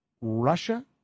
Russia